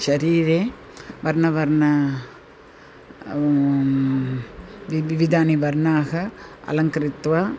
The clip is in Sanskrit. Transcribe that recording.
शरीरे वर्णवर्णाः वि विविधाः वर्णाः अलङ्कृत्य